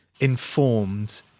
informed